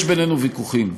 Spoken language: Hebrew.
יש בינינו ויכוחים.